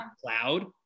cloud